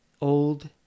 old